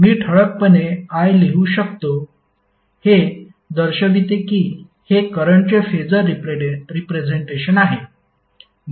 मी ठळकपणे I लिहू शकतो हे दर्शविते की हे करंटचे फेसर रिप्रेझेंटेशन आहे